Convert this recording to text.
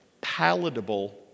palatable